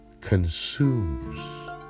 consumes